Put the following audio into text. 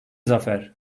zafer